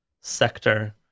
sector